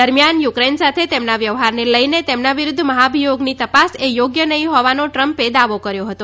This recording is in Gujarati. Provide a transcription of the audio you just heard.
દરમિયાન યુકેન સાથે તેમના વ્યવહારને લઈને તેમના વિરૂદ્વ મહાભિયોગની તપાસ એ યોગ્ય નહીં હોવાનો ટ્રમ્પે દાવો કર્યો હતો